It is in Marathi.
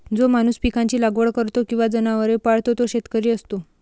जो माणूस पिकांची लागवड करतो किंवा जनावरे पाळतो तो शेतकरी असतो